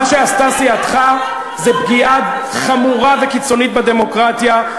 מה שעשתה סיעתך זה פגיעה חמורה וקיצונית בדמוקרטיה.